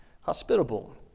hospitable